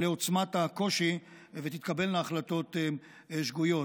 לעוצמת הקושי ותתקבלנה החלטות שגויות.